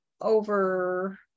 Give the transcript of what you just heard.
over